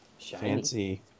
fancy